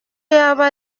yaba